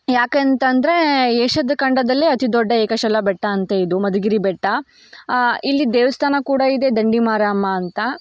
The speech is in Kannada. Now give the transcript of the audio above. ಯಾಕೆ ಅಂತಂದರೆ ಏಷ್ಯಾದ ಖಂಡದಲ್ಲೇ ಅತಿ ದೊಡ್ಡ ಏಕಶಿಲಾ ಬೆಟ್ಟ ಅಂತೆ ಇದು ಮಧುಗಿರಿ ಬೆಟ್ಟ ಇಲ್ಲಿ ದೇವಸ್ಥಾನ ಕೂಡ ಇದೆ ದಂಡಿಮಾರಮ್ಮ ಅಂತ